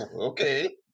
Okay